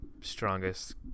strongest